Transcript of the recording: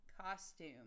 costume